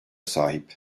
sahip